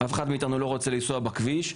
אף אחד מאיתנו לא רוצה לנסוע בכביש,